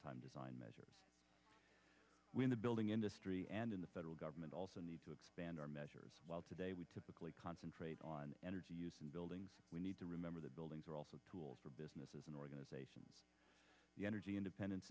time design measure when the building industry and in the federal government also need to expand our measures today we typically concentrate on energy and building we need to remember the buildings are also tools for business as an organization the energy independence